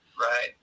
right